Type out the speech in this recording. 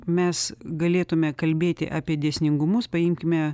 mes galėtume kalbėti apie dėsningumus paimkime